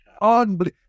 unbelievable